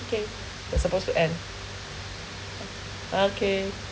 okay that's supposed to end okay